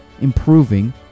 improving